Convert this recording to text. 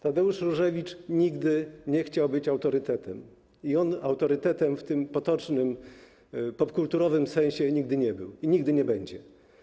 Tadeusz Różewicz nigdy nie chciał być autorytetem i on autorytetem w tym potocznym, popkulturowym sensie nigdy nie był i nigdy nie będzie.